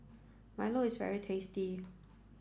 Milo is very tasty